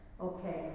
Okay